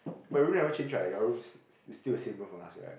my room never change right your rooms still the same room from us right